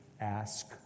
ask